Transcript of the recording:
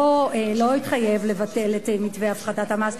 לא התחייב לבטל את מתווה הפחתת המס,